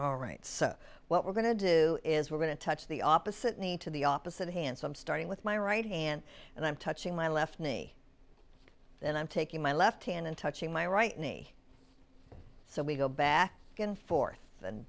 all right so what we're going to do is we're going to touch the opposite me to the opposite handsome starting with my right hand and i'm touching my left knee and i'm taking my left hand and touching my right knee so we go back and forth and